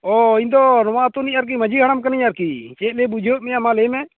ᱚ ᱤᱧ ᱫᱚ ᱱᱚᱣᱟ ᱟᱹᱛᱩ ᱨᱮᱱᱤᱡ ᱟᱨᱠᱤ ᱢᱟᱺᱡᱷᱤ ᱦᱟᱲᱟᱢ ᱠᱟᱱᱟᱹᱧ ᱟᱨᱠᱤ ᱪᱮᱫ ᱞᱟᱹᱭ ᱵᱩᱡᱷᱟᱹᱣᱮᱫ ᱢᱮᱭᱟ ᱢᱟ ᱞᱟᱹᱡᱭ ᱢᱮ